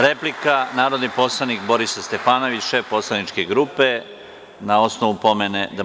Replika, narodni poslanik Borislav Stefanović, šef poslaničke grupe, na osnovu pomena DS.